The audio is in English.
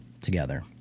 together